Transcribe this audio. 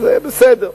אז בסדר.